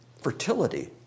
fertility